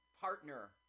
partner